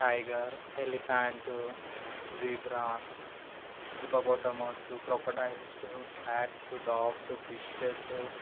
tiger elephant zebra hippopotamus crocodiles cats dogs fishes